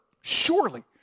surely